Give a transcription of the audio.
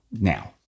now